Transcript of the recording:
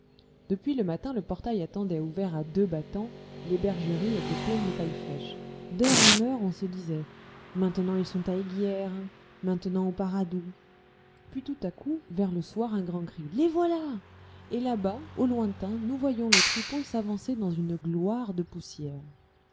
depuis le matin le portail attendait ouvert à deux battants les bergeries étaient pleines de paille fraîche d'heure en heure on se disait maintenant ils sont à eyguières maintenant au paradou puis tout à coup vers le soir un grand cri les voilà et là-bas au lointain nous voyons le troupeau s'avancer dans une gloire de poussière